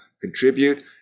contribute